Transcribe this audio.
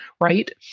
right